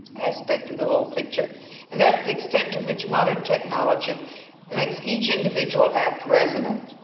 aspect of the whole picture and that's the extent to which modern technology makes each individual act resonate.